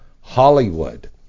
Hollywood